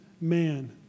man